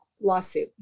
lawsuit